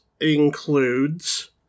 includes